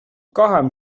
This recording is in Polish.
kocham